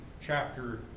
chapter